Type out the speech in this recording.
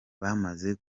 bamaze